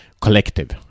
collective